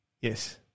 Yes